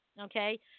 okay